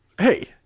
Hey